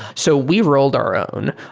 so we rolled our own.